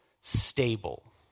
stable